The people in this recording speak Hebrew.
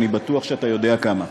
אני בטוח שאתה יודע כמה.